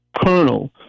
colonel